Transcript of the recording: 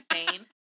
insane